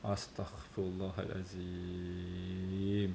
astaghfirullahalazim